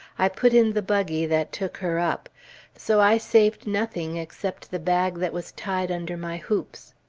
i put in the buggy that took her up so i saved nothing except the bag that was tied under my hoops.